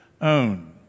own